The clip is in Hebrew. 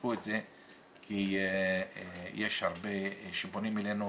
שתבדקו את זה כי יש הרבה שפונים אלינו,